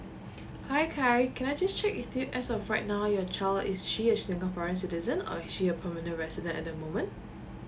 hi khaleel can I just check with you as of right now your child is she a singaporean citizen or is she permanent resident at the moment